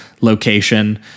location